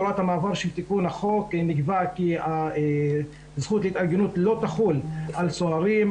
בהוראת המעבר של תיקון החוק נקבע כי הזכות להתארגנות לא תחול על סוהרים,